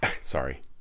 Sorry